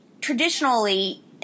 traditionally